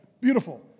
Beautiful